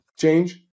change